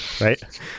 right